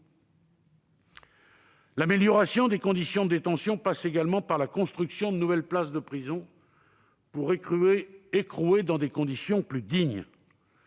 L'amélioration des conditions de détention passe également par la construction de nouvelles places de prison pour écrouer dans des conditions plus dignes.